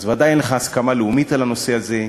אז ודאי שאין לך הסכמה לאומית על הנושא הזה.